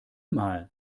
mal